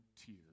tear